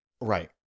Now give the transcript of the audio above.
right